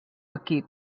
equip